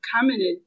commented